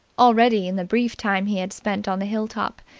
already, in the brief time he had spent on the hill-top,